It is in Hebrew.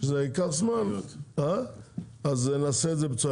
זה ייקח זמן, נעשה את זה.